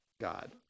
God